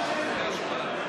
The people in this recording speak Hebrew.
סיעת ש"ס,